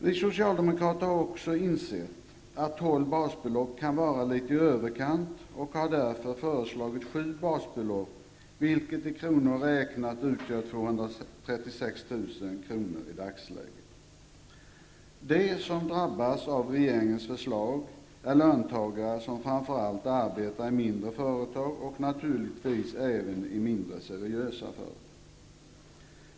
Vi socialdemokrater har också insett att tolv basbelopp kan vara litet i överkant och har därför föreslagit sju basbelopp, vilket i kronor räknat i dagsläget utgör 236 000 kr. De som drabbas av regeringens förslag är framför allt löntagare som arbetar i mindre företag och naturligtvis även i mindre seriösa företag.